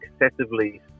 Excessively